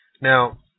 Now